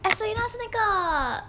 estelina 是那个